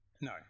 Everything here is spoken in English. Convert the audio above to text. No